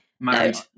married